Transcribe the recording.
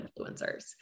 influencers